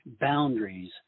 boundaries